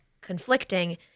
conflicting